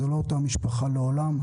זאת לא אותה משפחה לעולם.